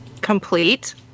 complete